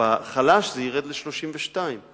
ובחלש זה ירד ל-32.